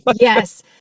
Yes